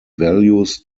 values